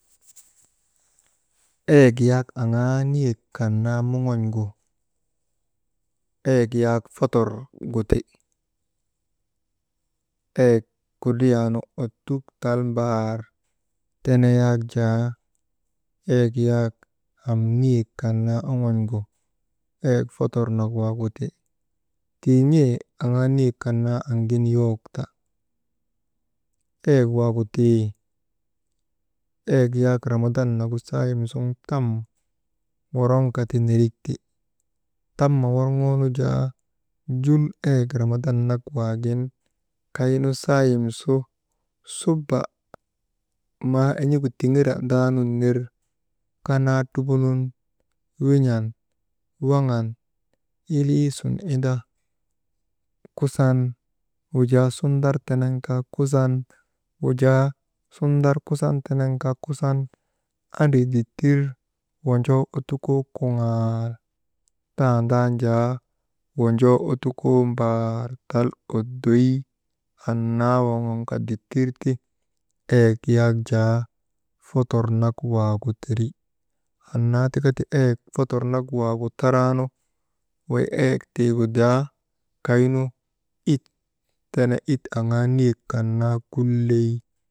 Eyek yaak aŋaa niyek kan naa mon̰gu, eyek yaak fotor gu ti. Eyek kudruyaanu ottuk tal mbaar tene yak jaa, eyek yak am niyek kan naa oŋon̰gu eyek fotor nak waagu ti. Tii n̰ee aŋaa niyek kan naa amgin yowok ta, eyek waagu tii eyek yak ramadan nagu sayim sun tam woroŋka ti nerikti, tam worŋoonu jaa jul eyek ramadan nak waagu jaa kaynu sayim su suba maa en̰igu tiŋerandaa nun ner, kanaa tubunun win̰an, waŋan, iliisun indan kusan, wujaa sundar tenen kaa, kusan, wujaa sundar kusan tenen kaa kusan, andri dittir wojoo ottukoo kuŋaal tandan jaa wojoo ottukoo mbaar tal oddoy anaa woŋon ka dittir ti eyek yak jaa fotor nak waagu teri. Annaa tika ti eyek fotor nak waagu taraanu wey eyek tiigu daa it tene, it aŋaa niyek kan naa kulley.